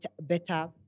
better